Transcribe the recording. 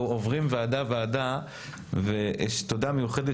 אנחנו עוברים ועדה ועדה ויש תודה מיוחדת